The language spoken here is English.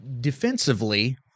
defensively